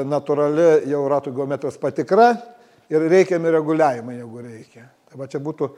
natūrali jau ratų geometrijos patikra ir reikiami reguliavimai jeigu reikia tai va čia būtų